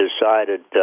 decided